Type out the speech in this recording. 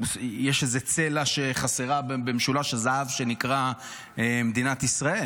יש איזו צלע שחסרה במשולש הזהב שנקרא מדינת ישראל.